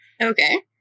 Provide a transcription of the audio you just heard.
Okay